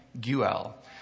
Guel